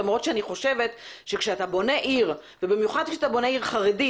למרות שאני חושבת שכשאתה בונה עיר ובמיוחד כשאתה בונה עיר חרדית,